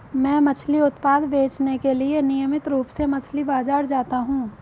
मैं मछली उत्पाद बेचने के लिए नियमित रूप से मछली बाजार जाता हूं